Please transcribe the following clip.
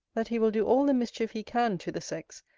that he will do all the mischief he can to the sex,